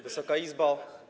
Wysoka Izbo!